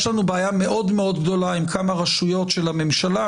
ויש לנו בעיה מאוד מאוד גדולה עם כמה רשויות של הממשלה,